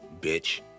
Bitch